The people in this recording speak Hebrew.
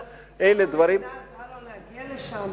כמה המדינה עזרה לו להגיע לשם?